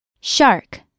shark